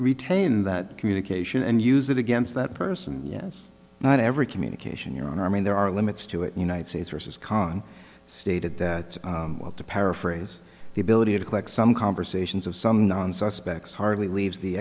retain that communication and use it against that person yes not every communication you're on i mean there are limits to it united states versus con stated that to paraphrase the ability to collect some conversations of some known suspects hardly leaves the